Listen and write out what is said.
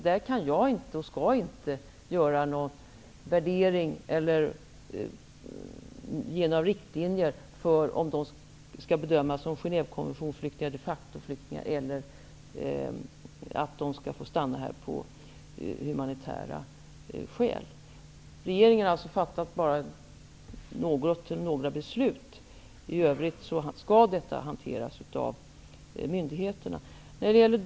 Där kan och skall inte jag göra någon värdering eller ge några riktlinjer för om de skall bedömas som Genèvekonventionsflyktingar, de facto-flyktingar eller om de skall få stanna här av humanitära skäl. Regeringen har bara fattat några beslut. I övrigt skall detta hanteras av myndigheterna.